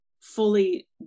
fully